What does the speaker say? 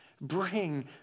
bring